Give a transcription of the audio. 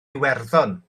iwerddon